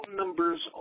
numbers